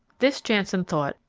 this, janssen thought,